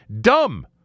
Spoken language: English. dumb